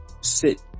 sit